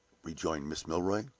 rejoined mrs. milroy.